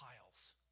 piles